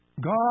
God